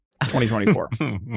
2024